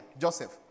Joseph